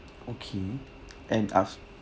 okay and uh